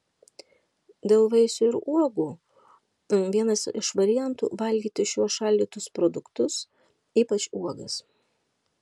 dėl vaisių ir uogų vienas iš variantų valgyti šiuos šaldytus produktus ypač uogas